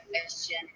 question